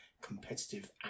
competitive